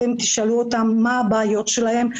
אתם תשאלו אותן מה הבעיות שלהן,